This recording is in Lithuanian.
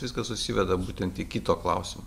viskas susiveda būtent į kito klausimą